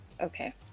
Okay